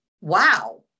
Wow